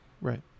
Right